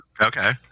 Okay